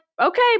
okay